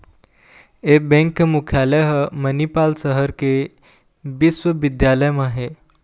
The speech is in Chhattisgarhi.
ए बेंक के मुख्यालय ह मनिपाल सहर के बिस्वबिद्यालय म हे